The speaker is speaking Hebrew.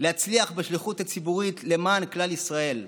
להצליח בשליחות הציבורית למען כלל ישראל.